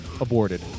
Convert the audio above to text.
aborted